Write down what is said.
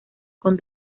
con